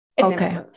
Okay